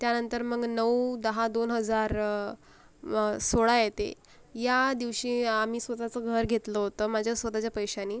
त्यानंतर मग नऊ दहा दोन हजार सोळा येते या दिवशी आम्ही स्वतःचं घर घेतलं होतं माझ्या स्वतःच्या पैशानी